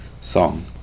song